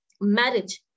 marriage